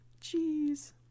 Jeez